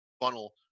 funnel